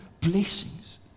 blessings